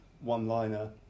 one-liner